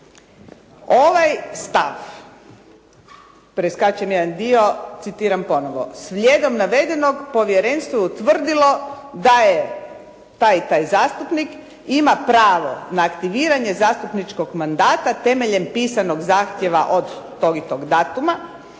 Ovaj stav, preskačem jedan dio, citiram ponovo. Slijedom navedenog povjerenstvo je utvrdilo da taj i taj zastupnik ima pravo na aktiviranje zastupničkog mandata temeljem pisanog zahtjeva od tog i tog datuma